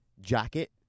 jacket